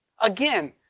again